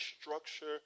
structure